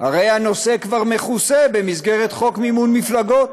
הרי הנושא כבר מכוסה במסגרת חוק מימון מפלגות.